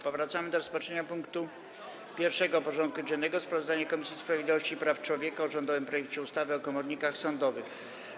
Powracamy do rozpatrzenia punktu 1. porządku dziennego: Sprawozdanie Komisji Sprawiedliwości i Praw Człowieka o rządowym projekcie ustawy o komornikach sądowych.